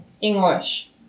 English